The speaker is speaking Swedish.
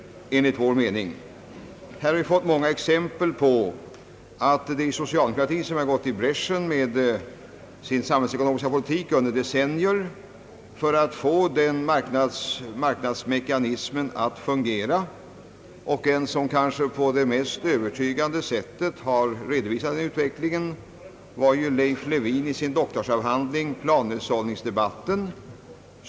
Vi har många exempel på att det under decennier varit socialdemokratin som gått i bräschen med sin samhällsekonomiska politik för att få marknadsmekanismen att fungera. Den som kanske på det mest övertygande sättet redovisat denna utveckling är Leif Levins doktorsavhandling »Planhushållningsdebatten».